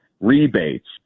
rebates